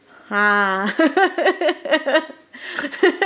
ha